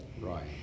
right